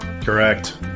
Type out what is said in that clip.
Correct